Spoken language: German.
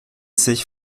sich